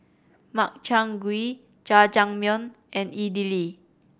Makchang Gui Jajangmyeon and Idili